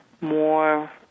more